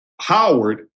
Howard